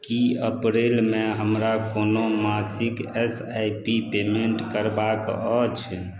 की अप्रैलमे हमरा कोनो मासिक एस आई पी पेमेंट करबाक अछि